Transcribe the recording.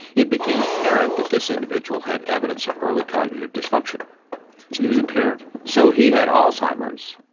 it became apparent that this individual had evidence of early cognitive dysfunction. so he was impaired. so he had alzheimer's.